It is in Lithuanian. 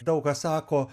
daug kas sako